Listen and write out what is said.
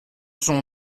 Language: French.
son